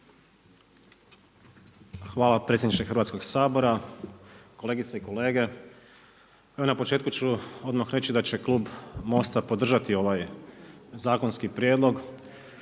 Hvala predsjedniče Hrvatskog sabora, kolegice i kolege. Evo na početku ću odmah reći da će klub MOST-a podržati ovaj zakonski prijedlog